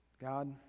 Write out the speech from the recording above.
God